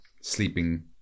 sleeping